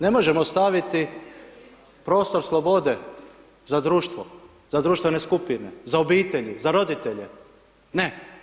Ne možemo staviti prostor slobode za društvo, za društvene skupine, za obitelji, za roditelje, ne.